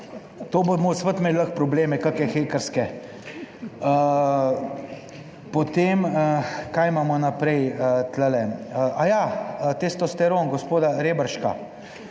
To bomo spet imeli lahko probleme kake hekerske. Potem, kaj imamo naprej tule. Aja, testosteron gospoda Reberška.